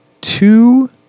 two